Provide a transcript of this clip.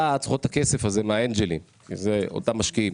צריכות את הכסף הזה מהאנג'לים זה אותם משקיעים,